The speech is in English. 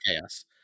chaos